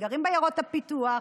שגרים בעיירות הפיתוח,